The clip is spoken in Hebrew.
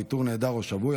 ואיתור נעדר או שבוי,